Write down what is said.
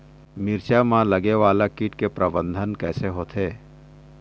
मिरचा मा लगे वाला कीट के प्रबंधन कइसे होथे?